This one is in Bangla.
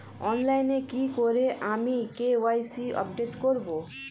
অনলাইনে কি করে আমি কে.ওয়াই.সি আপডেট করব?